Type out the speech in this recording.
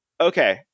Okay